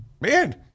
man